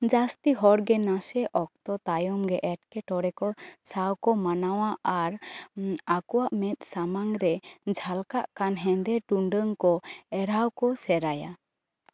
ᱡᱟᱹᱥᱛᱤ ᱦᱚᱲ ᱜᱮ ᱱᱟᱥᱮ ᱚᱠᱛᱚ ᱛᱟᱭᱚᱢ ᱜᱮ ᱮᱴᱠᱮᱼᱴᱚᱲᱮ ᱥᱟᱶ ᱠᱚ ᱢᱟᱱᱟᱣᱟ ᱟᱨ ᱟᱠᱚᱣᱟᱜ ᱢᱮᱫᱽ ᱥᱟᱢᱟᱝᱨᱮ ᱡᱷᱟᱞᱠᱟᱜ ᱠᱟᱱ ᱦᱮᱸᱫᱮ ᱴᱩᱰᱟᱝ ᱠᱚ ᱮᱨᱲᱟᱣ ᱠᱚ ᱥᱮᱲᱟᱭᱟ